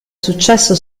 successo